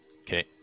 Okay